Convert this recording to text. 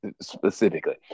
specifically